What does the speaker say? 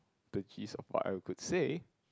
the gist of what I could say